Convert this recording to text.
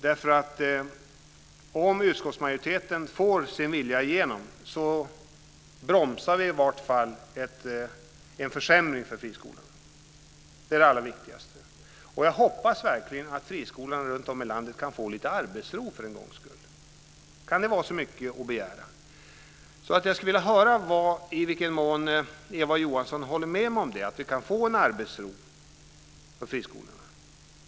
Om utskottsmajoriteten får sin vilja igenom bromsar vi en försämring för friskolorna. Det är det allra viktigaste. Jag hoppas verkligen att friskolorna runtom i landet kan få arbetsro, för en gångs skull. Kan det vara för mycket begärt? Jag skulle vilja höra i vilken mån Eva Johansson håller med mig om att friskolorna borde få arbetsro.